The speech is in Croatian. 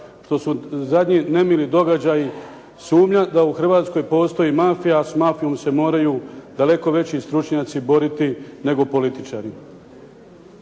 što su zadnji nemili događaji sumnja da u Hrvatskoj postoji mafija, a s mafijom se moraju daleko veći stručnjaci boriti nego političari.